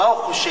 מה הוא חושב?